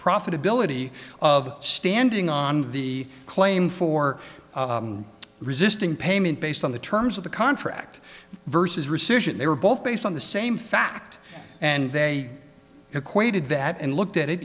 profitability of standing on the claim for resisting payment based on the terms of the contract vs rescission they were both based on the same fact and they equated that and looked at it